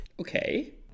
Okay